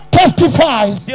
testifies